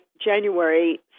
January